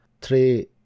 three